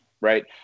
right